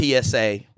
psa